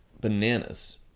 bananas